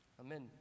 Amen